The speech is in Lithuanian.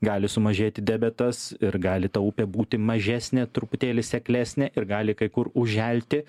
gali sumažėti debetas ir gali ta upė būti mažesnė truputėlį seklesnė ir gali kai kur užželti